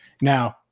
Now